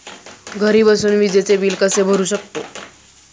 घरी बसून विजेचे बिल कसे भरू शकतो?